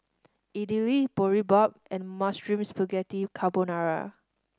Idili Boribap and Mushroom Spaghetti Carbonara